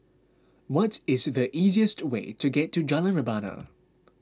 what is the easiest way to get to Jalan Rebana